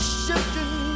shifting